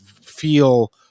feel